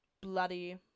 bloody